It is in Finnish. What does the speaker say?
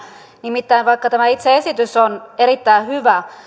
nimittäin vaikka tämä itse esitys on erittäin hyvä